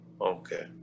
Okay